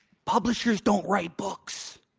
publishers don't write books.